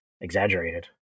exaggerated